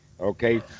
Okay